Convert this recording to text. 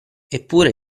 eppure